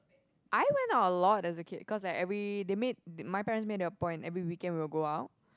I went out a lot as a kid cause like every they made my parents made their point every weekend we will go out